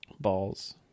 balls